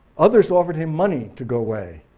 others offered him money to go away